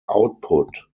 output